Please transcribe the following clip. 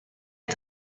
est